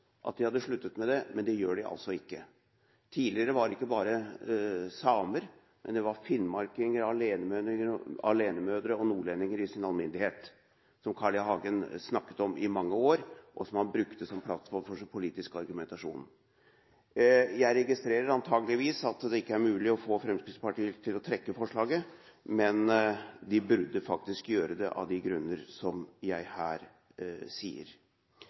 at de hadde sluttet med det, men det gjør de altså ikke. Tidligere var det ikke bare samer, men det var finnmarkinger, alenemødre og nordlendinger i sin alminnelighet som Carl I. Hagen snakket om – i mange år – og som han brukte som plattform for sin politiske argumentasjon. Jeg registrerer at det antakeligvis ikke er mulig å få Fremskrittspartiet til å trekke forslaget, men de burde faktisk gjøre det av de grunner som jeg her